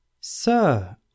Sir